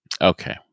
Okay